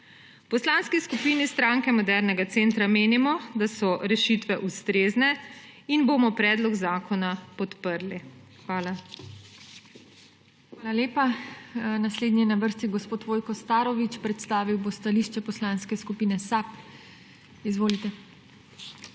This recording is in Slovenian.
Poslanski skupini Stranke modernega centra menimo, da so rešitve ustrezne, in bomo predlog zakona podprli. Hvala. **PODPREDSEDNICA TINA HEFERLE:** Hvala lepa. Naslednji je na vrsti gospod Vojko Starović, predstavil bo stališče Poslanske skupine SAB. Izvolite.